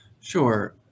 Sure